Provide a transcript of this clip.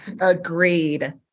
Agreed